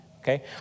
okay